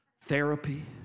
Therapy